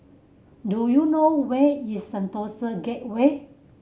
do you know where is Sentosa Gateway